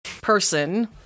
person